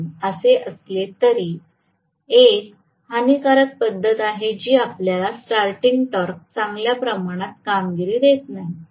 परंतु असे असले तरी ही एक हानीकारक पद्धत आहे जी आपल्याला स्टार्टींग टॉर्क चांगल्या प्रमाणात कामगिरी देणार नाही